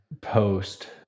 post